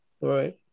right